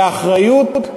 באחריות,